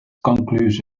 conclusion